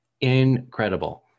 incredible